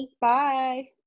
Bye